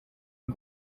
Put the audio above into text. mes